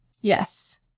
Yes